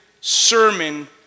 sermon